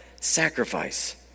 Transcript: sacrifice